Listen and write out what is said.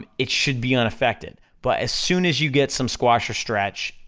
it should be unaffected. but as soon as you get some squash or stretch,